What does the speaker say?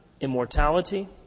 immortality